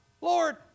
Lord